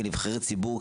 כנבחרי ציבור,